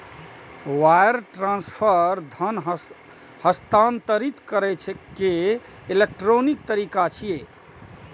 wire transfer धन हस्तांतरित करै के इलेक्ट्रॉनिक तरीका छियै